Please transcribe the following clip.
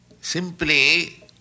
Simply